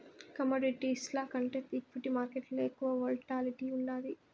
కమోడిటీస్ల కంటే ఈక్విటీ మార్కేట్లల ఎక్కువ వోల్టాలిటీ ఉండాది